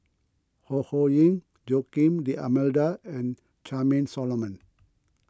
Ho Ho Ying Joaquim D'Almeida and Charmaine Solomon